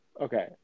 Okay